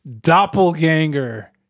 doppelganger